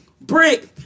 brick